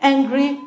Angry